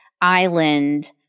island